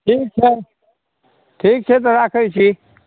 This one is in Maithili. ठीक छै ठीक छै तऽ राखैत छी